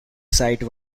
site